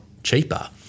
cheaper